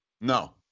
No